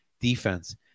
defense